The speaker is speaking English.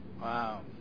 Wow